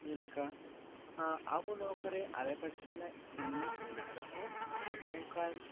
ᱡᱮ ᱞᱮᱠᱟ ᱟᱵᱚ ᱱᱚᱣᱟ ᱠᱚᱨᱮ ᱟᱲᱮ ᱯᱟᱥᱮ ᱨᱮᱱᱟᱜ ᱠᱤᱞᱱᱤᱠ ᱢᱮᱱᱟᱜ ᱨᱮᱦᱚᱸ ᱚᱝᱠᱟᱱ